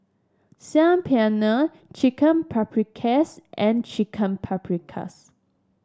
Saag Paneer Chicken Paprikas and Chicken Paprikas